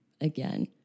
again